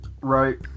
right